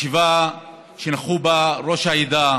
ישיבה שנכחו בה ראש העדה השיח'